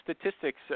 statistics